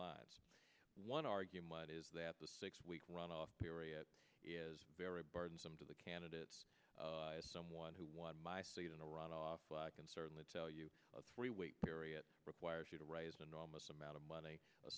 lives one argument is that the six week run off period is very burdensome to the candidates as someone who won my seat in a runoff can certainly tell you a three week period requires you to raise enormous amount of money a